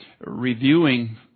reviewing